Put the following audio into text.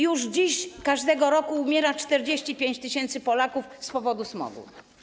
Już dziś każdego roku umiera 45 tys. Polaków z powodu smogu.